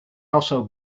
also